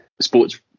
sports